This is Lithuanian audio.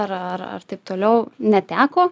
ar ar taip toliau neteko